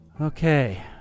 Okay